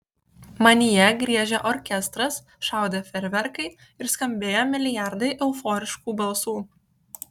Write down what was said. manyje griežė orkestras šaudė fejerverkai ir skambėjo milijardai euforiškų balsų